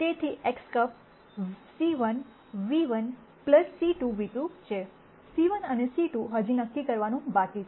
તેથીX̂ c1 ν₁ c2 ν2 છે c1અને c2 હજી નક્કી કરવાનું બાકી છે